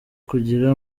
kugira